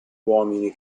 uomini